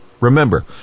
Remember